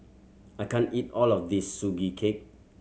I can't eat all of this Sugee Cake